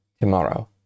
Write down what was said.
tomorrow